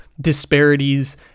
disparities